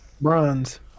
Bronze